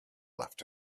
left